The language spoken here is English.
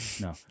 no